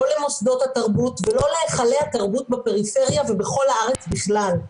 לא למוסדות התרבות ולא להיכלי התרבות בפריפריה ובכל הארץ בכלל.